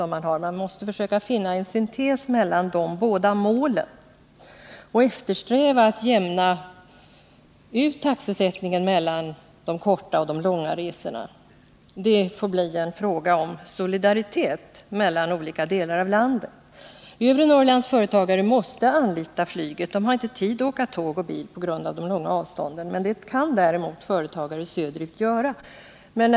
Man måste försöka finna en syntes mellan de båda målen och eftersträva att jämna ut taxesättningen mellan de korta och de långa resorna. Det får bli en fråga om solidaritet mellan olika delar av landet. Övre Norrlands företagare måste anlita flyget. De har inte tid att åka tåg eller bil på grund av de långa avstånden. Det kan däremot företagare söderut göra.